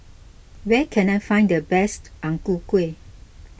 where can I find the best Ang Ku Kueh